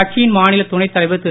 கட்சியின் மாநிலத் துணைத் தலைவர் திரு